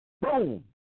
Boom